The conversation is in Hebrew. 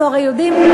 אנחנו הרי יודעים,